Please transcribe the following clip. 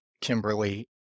Kimberly